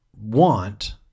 want